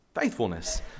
faithfulness